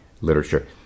literature